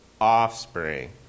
offspring